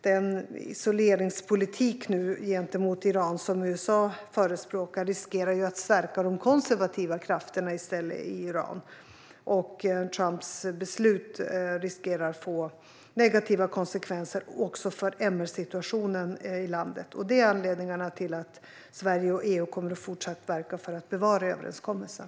Den isoleringspolitik gentemot Iran som USA förespråkar riskerar att i stället stärka de konservativa krafterna i Iran, och Trumps beslut riskerar att få negativa konsekvenser även för MR-situationen i landet. Detta är anledningarna till att Sverige och EU även fortsättningsvis kommer att verka för att bevara överenskommelsen.